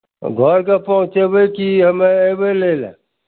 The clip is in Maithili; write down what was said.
तऽ घरके पहुँचयबै कि हमे अयबै लै लए